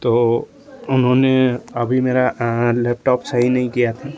तो उन्होंने अभी मेरा लैपटॉप सही नहीं किया था